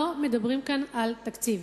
לא מדברים כאן על תקציב.